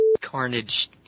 Carnage